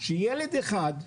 שילד אחד,